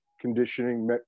conditioning